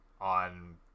on